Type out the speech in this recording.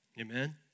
Amen